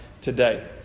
today